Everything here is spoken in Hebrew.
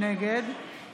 נגד